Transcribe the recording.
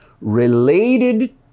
related